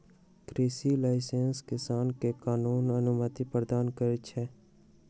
कृषि लाइसेंस किसान के कानूनी अनुमति प्रदान करै छै